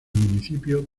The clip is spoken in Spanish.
municipio